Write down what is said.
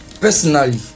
Personally